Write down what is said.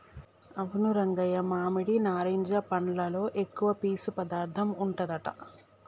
అవును రంగయ్య మామిడి నారింజ పండ్లలో ఎక్కువ పీసు పదార్థం ఉంటదట